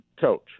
coach